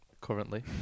Currently